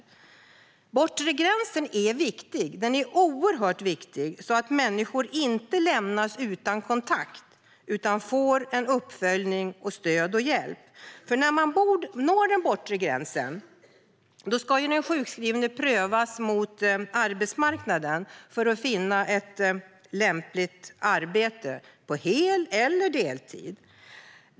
Den bortre gränsen är oerhört viktig, så att människor inte lämnas utan kontakt. De ska få uppföljning, stöd och hjälp. Vid den bortre gränsen ska den sjukskrivne prövas mot arbetsmarknaden för att finna ett lämpligt arbete på hel eller deltid.